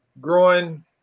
growing